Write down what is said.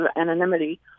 anonymity